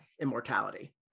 immortality